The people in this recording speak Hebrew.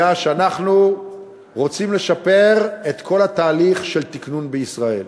היה שאנחנו רוצים לשפר את כל התהליך של התִקנון בישראל.